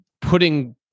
putting